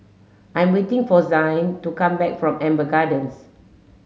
I'm waiting for Zayne to come back from Amber Gardens